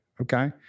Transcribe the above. okay